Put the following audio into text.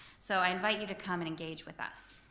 so i invite you to come and engage with us.